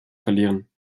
verlieren